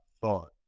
thought